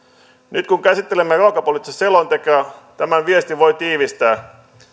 nyt kun käsittelemme ruokapoliittista selontekoa tämän viestin voi tiivistää